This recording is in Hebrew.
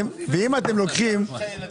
יש לך פחת על הדירה.